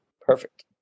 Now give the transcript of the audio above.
Perfect